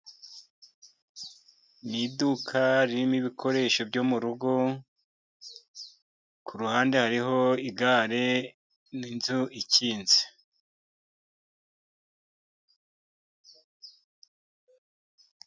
Ni iduka ririmo ibikoresho byo murugo, kuruhande hariho igare n'inzu ikinze.